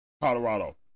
Colorado